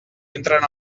entren